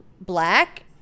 black